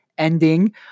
ending